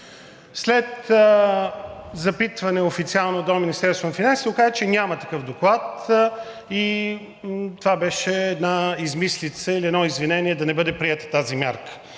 След официално запитване до Министерството на финансите се оказа, че няма такъв доклад и това беше една измислица или едно извинение да не бъде приета тази мярка.